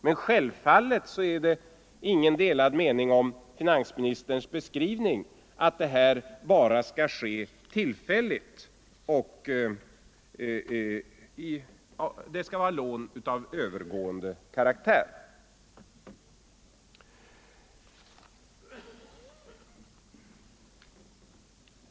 Men självfallet så är det ingen delad mening om finansministerns beskrivning att det här bara skall ske tillfälligt och med lån av övergående karaktär.